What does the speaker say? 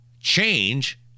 change